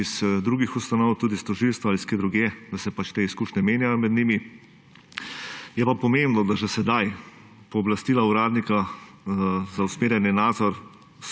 iz drugih ustanov, tudi s tožilstva ali od kje drugje, da se te izkušnje menjajo med njimi. Je pa pomembno, da že sedaj pooblastila uradnika za usmerjanje in nadzor